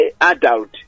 adult